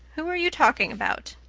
who are you talking about?